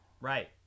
right